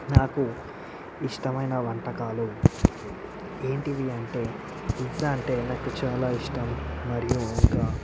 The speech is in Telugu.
నాకు ఇష్టమైన వంటకాలు ఏంటివి అంటే పిజ్జా అంటే నాకు చాలా ఇష్టం మరియు ఇంకా